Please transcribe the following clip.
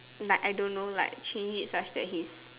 like I don't know like change it such that he's